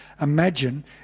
imagine